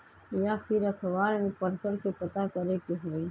या फिर अखबार में पढ़कर के पता करे के होई?